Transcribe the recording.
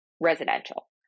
residential